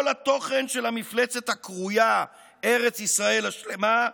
"כל התוכן של המפלצת הקרויה 'ארץ ישראל השלמה'